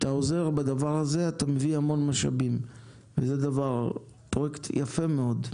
כשאתה עוזר בדבר הזה אתה מביא המון משאבים וזה פרויקט יפה מאוד.